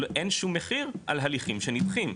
אין שום מחיר על הליכים שנדחים.